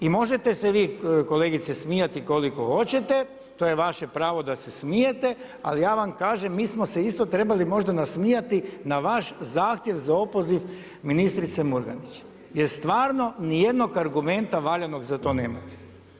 I možete se vi kolegice smijati koliko hoćete, to je vaše pravo da se smijete, ali ja vam kažem mi smo se isto trebali možda nasmijati na vaš zahtjev za opoziv ministrice Murganić jer stvarno nijednog argumenta valjanog za to nemate.